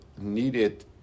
needed